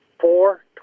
four